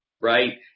right